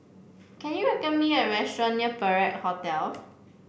can you me a restaurant near Perak Hotel